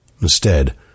Instead